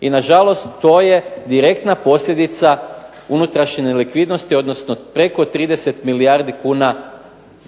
i na žalost to je direktna posljedica unutrašnje nelikvidnosti odnosno preko 30 milijardi kuna